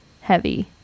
heavy